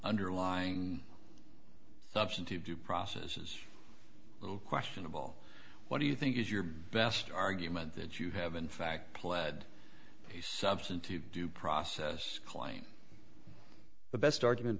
underlying substantive due process is a little questionable what do you think is your best argument that you have in fact pled the substantive due process claim the best argument